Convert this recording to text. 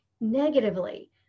negatively